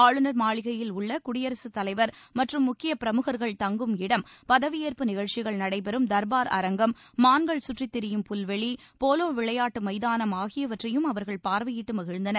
ஆளுநர் மாளிகையில் உள்ள குடியரசு தலைவர் மற்றும் முக்கிய பிரமுகர்கள் தங்கும் இடம் பதவியேற்பு நிகழ்ச்சிகள் நடைபெறும் தர்பார் அரங்கம் மான்கள் சுற்றித் திரியும் புல்வெளி போலோ விளையாட்டு மைதானம் ஆகியவற்றையும் அவர்கள் பார்வையிட்டு மகிழ்ந்தனர்